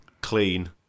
Clean